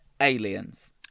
Aliens